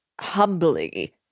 humbly